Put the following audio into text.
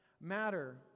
matter